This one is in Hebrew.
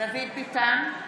דוד ביטן,